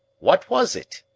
what was it?